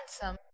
handsome